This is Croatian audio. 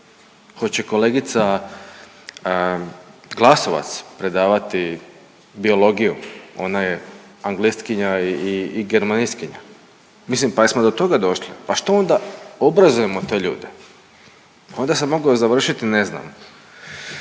Hoće kolegica Glasovac predavati biologiju? Ona je anglistkinja i germanistkinja. Mislim jesmo do toga došli? Pa što onda obrazujemo to ljude? Onda sam mogao završiti ne znam